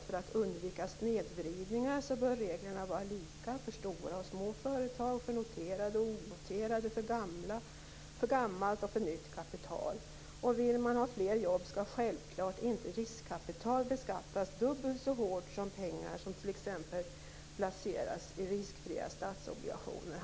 För att undvika snedvridningar bör reglerna vara lika för stora och små företag, för noterade och onoterade, för gammalt och för nytt kapital. Vill man ha fler jobb skall självklart inte riskkapital beskattas dubbelt så hårt som pengar som t.ex. placeras i riskfria statsobligationer.